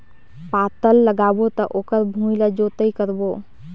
पातल लगाबो त ओकर भुईं ला जोतई करबो?